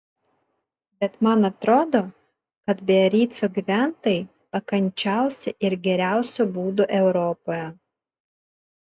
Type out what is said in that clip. bet man atrodo kad biarico gyventojai pakančiausi ir geriausio būdo europoje